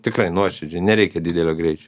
tikrai nuoširdžiai nereikia didelio greičio